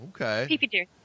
Okay